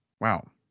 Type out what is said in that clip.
Wow